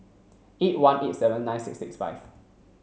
eight one eight seven nine six six five